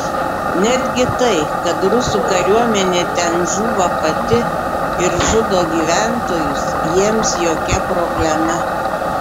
netgi tai kad rusų kariuomenė ten žūva pati ir žudo gyventojus jiems jokia problema